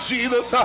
Jesus